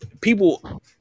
People